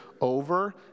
over